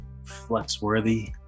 flex-worthy